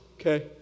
okay